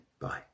Bye